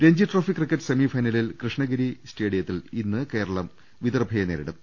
Ranji Trophy cricket സെമിഫൈനലിൽ കൃഷ്ണഗിരി സ്റ്റേഡിയ ത്തിൽ ഇന്ന് കേരളം വിദർഭയെ നേരിടും